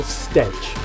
stench